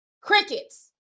Crickets